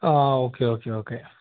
ആ okay okay okay